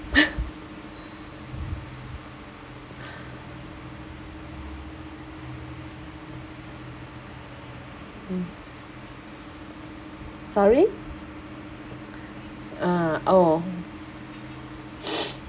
mm sorry uh oh